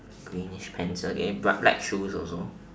greenish pants okay but black shoes also